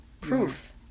Proof